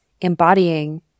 embodying